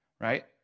right